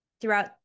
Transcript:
throughout